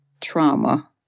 trauma